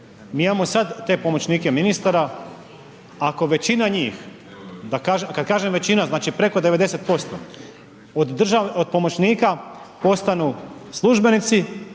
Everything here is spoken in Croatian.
Mi imamo sad te pomoćnike ministara, ako većina njih kad kažem većina, znači preko 90% od pomoćnika postanu službenici